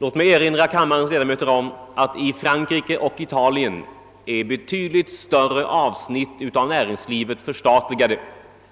Låt mig erinra kammarens ledamöter om att betydligt större avsnitt av näringslivet är förstatligade i Frankrike